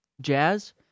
jazz